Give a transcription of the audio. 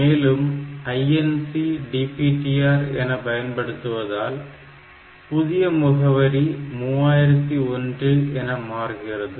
மேலும் INC DPTR என பயன்படுத்துவதால் புதிய முகவரி 3001 என மாறுகிறது